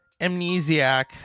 Amnesiac